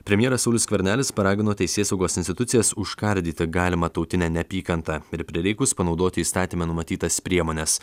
premjeras saulius skvernelis paragino teisėsaugos institucijas užkardyti galimą tautinę neapykantą ir prireikus panaudoti įstatyme numatytas priemones